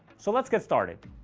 so let's get started.